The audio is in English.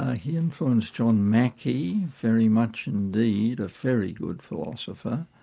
ah he influenced john mackie, very much indeed, a very good philosopher,